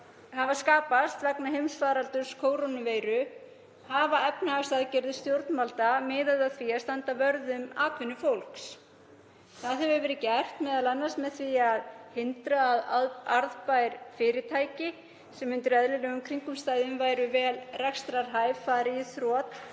sem sköpuðust vegna heimsfaraldurs kórónuveiru hafa efnahagsaðgerðir stjórnvalda miðað að því að standa vörð um atvinnu fólks. Það hefur verið gert m.a. með því að hindra að arðbær fyrirtæki sem undir eðlilegum kringumstæðum væru vel rekstrarhæf fari í þrot